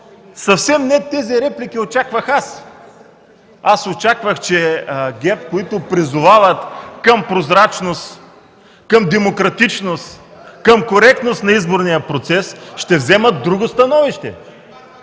съвсем не тези реплики очаквах аз. Аз очаквах, че ГЕРБ, които призовават към прозрачност, към демократичност, към коректност на изборния процес ще вземат друго становище.